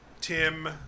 Tim